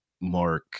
Mark